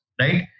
right